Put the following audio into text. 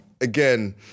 again